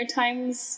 times